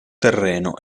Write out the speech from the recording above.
terreno